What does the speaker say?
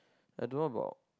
I don't know about